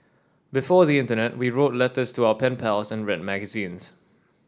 before the internet we wrote letters to our pen pals and read magazines